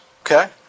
Okay